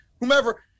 whomever